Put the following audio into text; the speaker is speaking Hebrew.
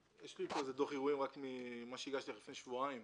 יש לי פה דוח אירועים ממה שהגשתי לך לפני שבועיים,